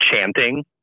chanting